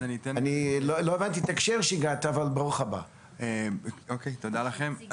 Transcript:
תודה לכם.